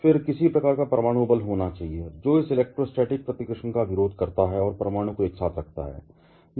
फिर किसी प्रकार का परमाणु बल होना चाहिए जो इस इलेक्ट्रोस्टैटिक प्रतिकर्षण का विरोध करता है और परमाणु को एक साथ रखता है